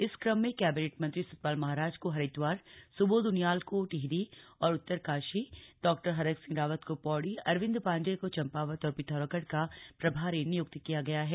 इस क्रम में कैबिनेट मंत्री सतपाल महाराज को हरिद्वार सु्बोध उनियाल को टिहरी और उत्तरकाशी डॉ हरक सिंह रावत को पौड़ी अरविन्द पाण्डेय को चम्पावत और पिथौरागढ़ का प्रभारी निय्क्त किया गया है